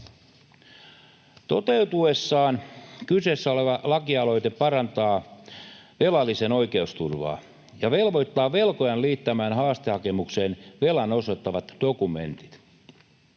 Toteutuessaan kyseessä oleva lakialoite parantaa velallisen oikeusturvaa ja velvoittaa velkojan liittämään haastehakemukseen velan osoittavat dokumentit.